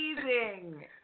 amazing